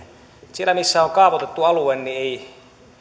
siellä missä on kaavoitettu alue ei